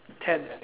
ten